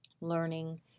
learning